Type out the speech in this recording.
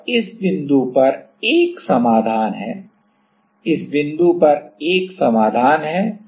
और इस बिंदु पर एक समाधान है इस बिंदु पर एक समाधान है